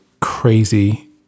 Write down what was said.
crazy